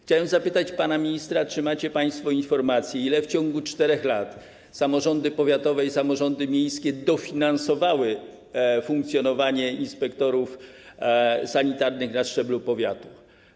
Chciałem zapytać pana ministra, czy macie państwo informacje, jaką kwotą w ciągu 4 lat samorządy powiatowe i samorządy miejskie dofinansowały funkcjonowanie inspektorów sanitarnych na szczeblu powiatów.